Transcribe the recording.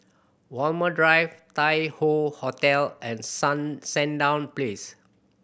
Walmer Drive Tai Hoe Hotel and Sandown Place